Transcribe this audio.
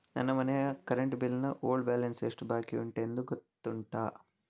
ನನ್ನ ಮನೆಯ current bill ನ ಓಲ್ಡ್ ಬ್ಯಾಲೆನ್ಸ್ ಎಷ್ಟು ಬಾಕಿಯುಂಟೆಂದು ಗೊತ್ತುಂಟ?